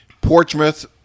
Portsmouth